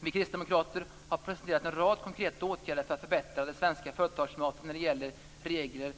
Vi kristdemokrater har presenterat en rad konkreta åtgärder för att förbättra det svenska företagsklimatet när det gäller regler